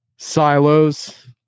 silos